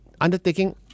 undertaking